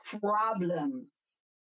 problems